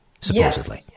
supposedly